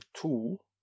tool